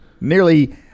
Nearly